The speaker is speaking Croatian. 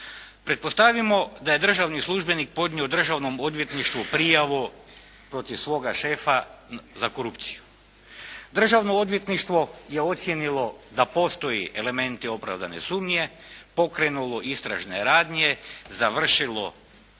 Pretpostavimo da je državni službenik podnio državnom odvjetništvu prijavu protiv svoga šefa za korupciju. Državno odvjetništvo je ocijenilo da postoji elementi opravdane sumnje, pokrenulo istražene radnje, završilo i